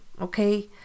Okay